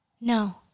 No